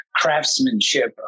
craftsmanship